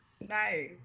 Nice